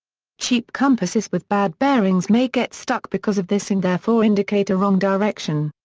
cheap compasses with bad bearings may get stuck because of this and therefore indicate a wrong direction.